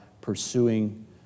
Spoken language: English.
pursuing